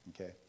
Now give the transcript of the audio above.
Okay